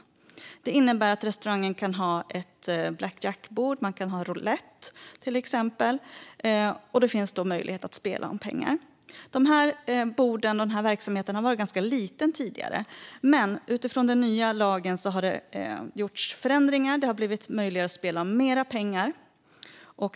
Detta innebär att restaurangen har ett blackjackbord eller en roulett med möjlighet till spel om pengar, en verksamhet som tidigare har varit ganska liten. Utifrån den nya lagen har dock förändringar gjorts, och det har blivit möjligt att spela om mer pengar.